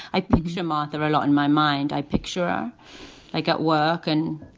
i picture martha a lot in my mind. i picture i got work and